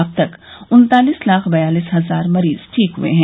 अब तक उन्तालीस लाख बयालिस हजार मरीज ठीक हए हैं